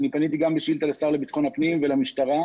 אני פניתי גם לשר לביטחון הפנים ולמשטרה,